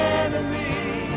enemy